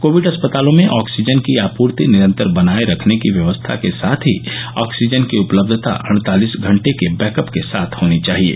Covid अस्पतालों में oxygen की आपूर्ति निरन्तर बनाये रखने की व्यवस्था के साथ ही ऑक्सीजन की उपलब्यता अड़तालिस घंटे के बैक अप के साथ होनी चाहिये